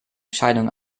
scheidung